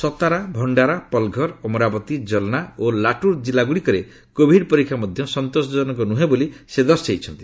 ସତାରା ଭଣ୍ଡାରା ପଲଘର ଅମରାବତୀ ଜଲନା ଓ ଲାଟୁର ଜିଲ୍ଲା ଗୁଡ଼ିକରେ କୋଭିଡ ପରୀକ୍ଷା ମଧ୍ୟ ସନ୍ତୋଷଜନକ ନୁହେଁ ବୋଲି ଶ୍ରୀ ଭୂଷଣ ଦର୍ଶାଇଛନ୍ତି